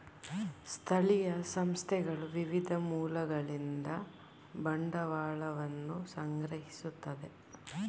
ಸ್ಥಳೀಯ ಸಂಸ್ಥೆಗಳು ವಿವಿಧ ಮೂಲಗಳಿಂದ ಬಂಡವಾಳವನ್ನು ಸಂಗ್ರಹಿಸುತ್ತದೆ